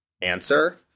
answer